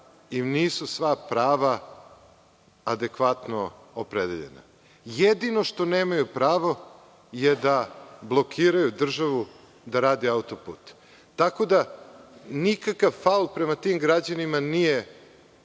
im nisu sva prava adekvatno opredeljena. Jedino što nemaju pravo je da blokiraju državu da radi autoput. Tako da nikakav faul prema tim građanima nije